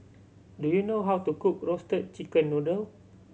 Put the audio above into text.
do you know how to cook Roasted Chicken Noodle